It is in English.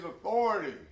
authority